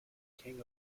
king